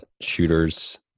shooters